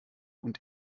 und